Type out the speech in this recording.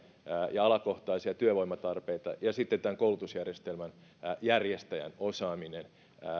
ja alakohtaisia työvoimatarpeita ja sitten tämän koulutusjärjestelmän järjestäjän osaaminen